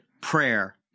prayer